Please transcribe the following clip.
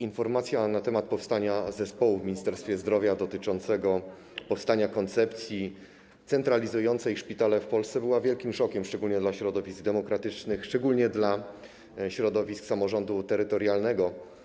Informacja na temat powstania w Ministerstwie Zdrowia zespołu do spraw koncepcji centralizującej szpitale w Polsce była wielkim szokiem, szczególnie dla środowisk demokratycznych, szczególnie dla środowisk samorządu terytorialnego.